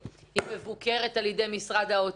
היא מבוקרת על-ידי משרד האוצר,